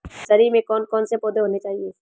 Nursery में कौन कौन से पौधे होने चाहिए?